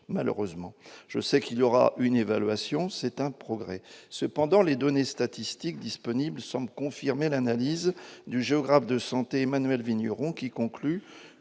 malheureusement, je sais qu'il y aura une évaluation, c'est un progrès cependant les données statistiques disponibles semblent confirmer l'analyse du géographe de santé Emmanuel Vigneron, qui conclut